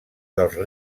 dels